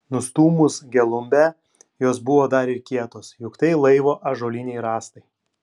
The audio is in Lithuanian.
nustūmus gelumbę jos buvo dar ir kietos juk tai laivo ąžuoliniai rąstai